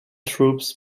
troops